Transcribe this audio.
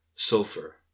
Sulfur